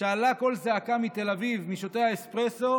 שעלה קול זעקה מתל אביב, משותי האספרסו,